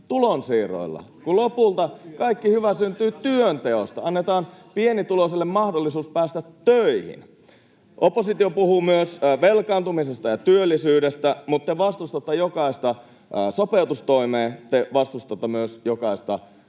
taskulla!] kun lopulta kaikki hyvä syntyy työnteosta. Annetaan pienituloiselle mahdollisuus päästä töihin. Oppositio puhuu myös velkaantumisesta ja työllisyydestä, mutta te vastustatte jokaista sopeutustoimea, te vastustatte myös jokaista